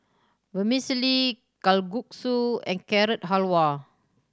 Vermicelli Kalguksu and Carrot Halwa